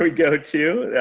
um go to. yeah